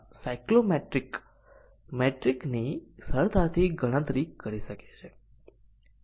અને આ atomic condition કારણ કે તે સાચી અને ખોટી કિંમત લે છે